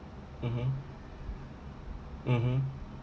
mmhmm mmhmm